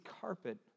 carpet